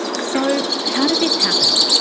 so how did this happen?